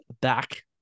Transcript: back